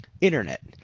internet